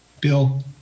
Bill